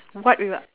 what we're